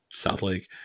Southlake